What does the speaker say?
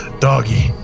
Doggy